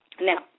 Now